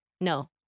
No